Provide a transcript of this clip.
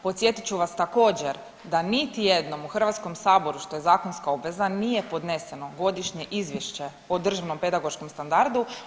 Podsjetit ću vas također da niti jednom u Hrvatskom saboru što je zakonska obveza nije podneseno godišnje izvješće o državnom pedagoškom standardu.